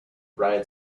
bride